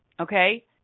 Okay